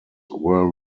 were